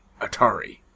Atari